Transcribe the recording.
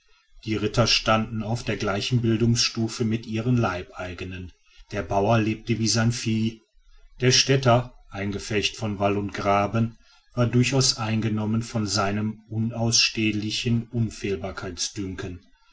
die ritter standen auf der gleichen bildungsstufe mit ihren leibeigenen der bauer lebte wie sein vieh der städter eingepfercht von wall und graben war durchaus eingenommen von seinem unausstehlichen